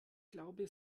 glaube